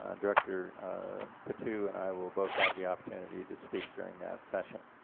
um director patu and i will both have the opportunity to speak during that session.